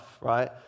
right